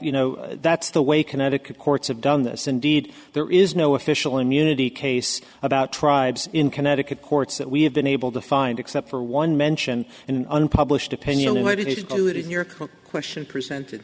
you know that's the way connecticut courts have done this indeed there is no official immunity case about tribes in connecticut courts that we have been able to find except for one mention in an unpublished opinion the way to do it in your current question presented